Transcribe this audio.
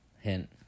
Hint